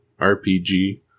RPG